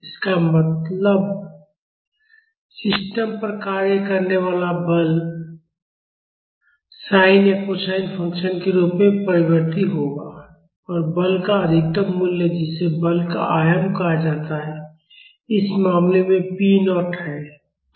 इसका मत सिस्टम पर कार्य करने वाला बल साइन या कोसाइन फ़ंक्शन के रूप में परिवर्ती होगा और बल का अधिकतम मूल्य जिसे बल का आयाम कहा जाता है इस मामले में पी नॉट पी0 है